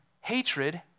hatred